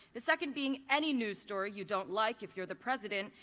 the second being any news story you don't like, if you're the president.